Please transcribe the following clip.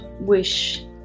wish